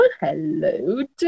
hello